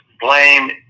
blame